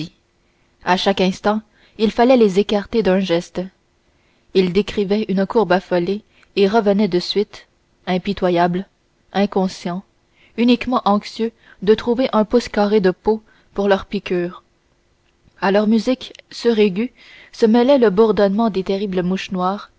à chaque instant il fallait les écarter d'un geste ils décrivaient une courbe affolée et revenaient de suite impitoyables inconscients uniquement anxieux de trouver un pouce carré de peau pour leur piqûre à leur musique suraiguë se mêlait le bourdonnement des terribles mouches noires